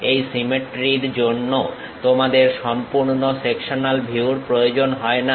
এই সিমেট্রির জন্য তোমাদের সম্পূর্ণ সেকশনাল ভিউর প্রয়োজন হয় না